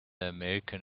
american